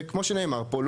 כמו שנאמר פה,